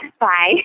Bye